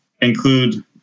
include